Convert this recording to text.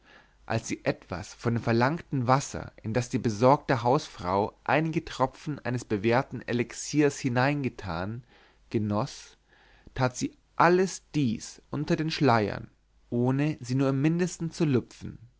als sie etwas von dem verlangten wasser in das die besorgte hausfrau einige tropfen eines bewährten elixiers hineingetan genoß tat sie alles dies unter den schleiern ohne sie nur im mindesten zu lüpfen